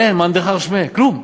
אין, מאן דכר שמיה, כלום.